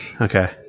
Okay